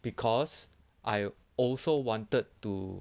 because I also wanted to